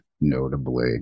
notably